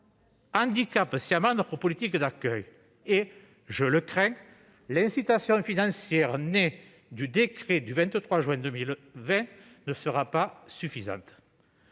handicapent sciemment notre politique d'accueil, et je crains que l'incitation financière née du décret du 23 juin 2020 ne soit pas suffisante.